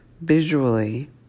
visually